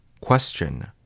Question